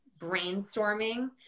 brainstorming